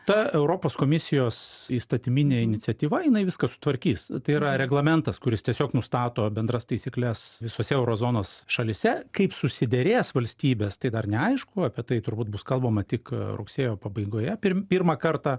ta europos komisijos įstatyminė iniciatyva jinai viską sutvarkys tai yra reglamentas kuris tiesiog nustato bendras taisykles visose euro zonos šalyse kaip susiderės valstybės tai dar neaišku apie tai turbūt bus kalbama tik rugsėjo pabaigoje pirm pirmą kartą